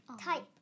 type